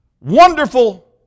wonderful